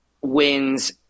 wins